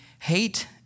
hate